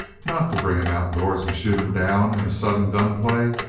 not to bring him outdoors and shoot him down in a sudden gunplay,